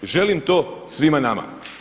Želim to svima nama.